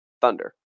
Thunder